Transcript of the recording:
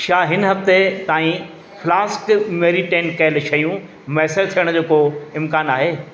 छा हिन हफ़्ते ताईं फ्लास्क मेरिटेन कयल शयूं मुयसरु थियण जो को इम्कानु आहे